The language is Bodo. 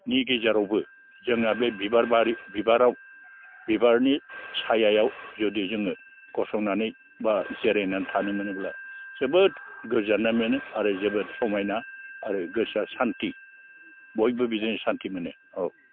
नि गेजेरावबो जोंना बे बिबार बारि बिबाराव बिबारनि सायायाव जुदि जोङो गसंनानै बा जिरायनानै थानो मोनोब्ला जोबोद गोजोननाय मोनो आरो जोबोद समायना आरो गोसोया सान्थि बयबो बिदिनो सान्थि मोनो औ